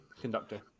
conductor